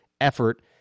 effort